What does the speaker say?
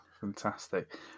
Fantastic